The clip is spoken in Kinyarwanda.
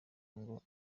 ngo